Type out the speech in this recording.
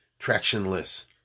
tractionless